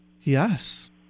Yes